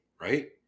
right